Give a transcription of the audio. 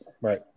right